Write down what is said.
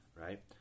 right